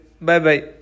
Bye-bye